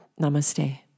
Namaste